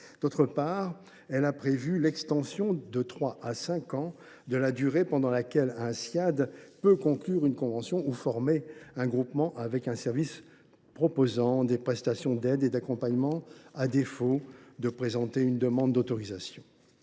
d’autre part, elle a prévu l’extension de trois à cinq ans de la durée pendant laquelle un Ssiad peut conclure une convention ou former un groupement avec un service proposant des prestations d’aide et d’accompagnement, à défaut de présenter une demande d’autorisation.